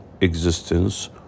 existence